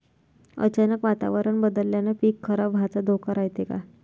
अचानक वातावरण बदलल्यानं पीक खराब व्हाचा धोका रायते का?